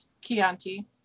Chianti